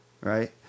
Right